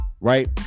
right